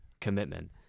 commitment